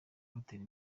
butera